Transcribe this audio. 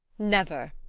never,